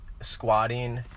squatting